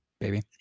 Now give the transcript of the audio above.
baby